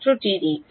ছাত্র টিডি